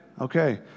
Okay